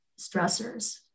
stressors